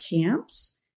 camps